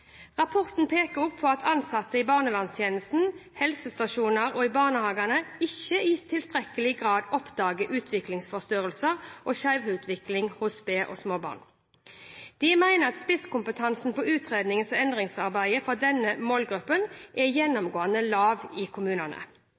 Rapporten peker også på at ansatte i barnevernstjenesten, helsestasjonene og barnehagene ikke i tilstrekkelig grad oppdager utviklingsforstyrrelser og skjevutvikling hos sped- og småbarn. De mener at spisskompetansen på utrednings- og endringsarbeidet for denne målgruppen er gjennomgående lav i kommunene.